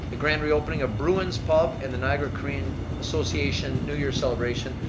the grand reopening of bruins pub and the niagara korean association new year's celebration.